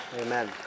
Amen